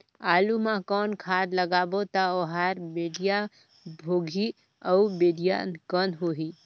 आलू मा कौन खाद लगाबो ता ओहार बेडिया भोगही अउ बेडिया कन्द होही?